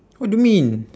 what you mean